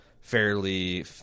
fairly